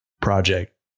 project